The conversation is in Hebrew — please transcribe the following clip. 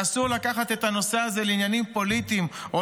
ואסור לקחת את הנושא הזה לעניינים פוליטיים או